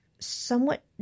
somewhat